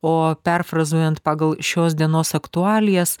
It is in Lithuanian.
o perfrazuojant pagal šios dienos aktualijas